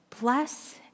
Bless